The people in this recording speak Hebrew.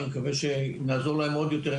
אני מקווה שנעזור להם עוד יותר,